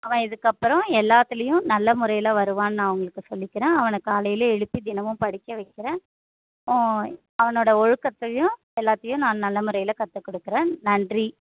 அவன் இதுக்கப்புறம் எல்லாத்திலியும் நல்ல முறையில் வருவான்னு நான் உங்களுக்கு சொல்லிக்கிறேன் அவனை காலையில எழுப்பி தினமும் படிக்க வைக்கிறேன் அவனோடய ஒழுக்கத்தையும் எல்லாத்தையும் நான் நல்ல முறையில் கத்துக்கொடுக்குறேன் நன்றி